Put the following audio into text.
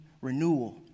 renewal